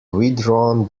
withdrawn